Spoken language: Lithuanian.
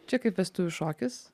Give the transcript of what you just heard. čia kaip vestuvių šokis